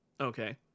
Okay